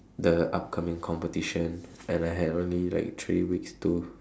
the upcoming competition and I had only like three weeks to